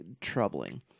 troubling